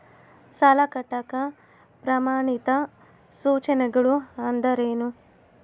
ಸಾಲ ಕಟ್ಟಾಕ ಪ್ರಮಾಣಿತ ಸೂಚನೆಗಳು ಅಂದರೇನು?